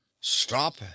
Stop